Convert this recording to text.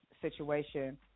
situation